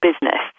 business